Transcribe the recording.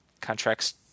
contracts